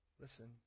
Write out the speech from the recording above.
Listen